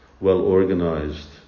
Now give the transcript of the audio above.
well-organized